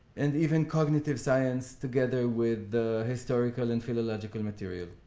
and even cognitive science together with the historical and philological material.